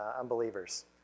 unbelievers